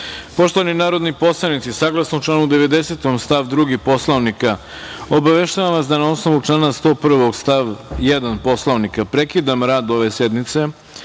reda. Poštovani narodni poslanici, saglasno članu 90. stav 2. Poslovnika obaveštavam vas da na osnovu člana 101. stav 1. Poslovnika prekidam rad ove sednice